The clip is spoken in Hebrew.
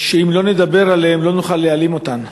שאם לא נדבר עליהן, לא נוכל להעלים אותן.